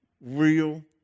real